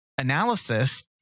analysis